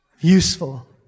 Useful